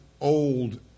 old